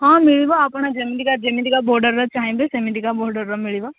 ହଁ ମିଳିବ ଆପଣ ଯେମିତିକା ଯେମିତିକା ବଡ଼ର୍ ଚାହିଁବେ ସେମିତିକା ବଡ଼ର୍ ମିଳିବ